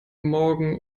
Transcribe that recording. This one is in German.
morgen